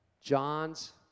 John's